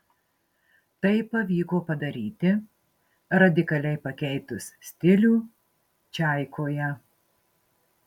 tai pavyko padaryti radikaliai pakeitus stilių čaikoje